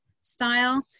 style